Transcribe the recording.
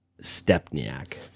Stepniak